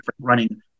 running